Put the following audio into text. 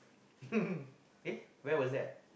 eh where was that